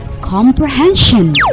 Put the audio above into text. Comprehension